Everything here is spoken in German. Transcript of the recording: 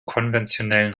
konventionellen